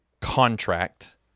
contract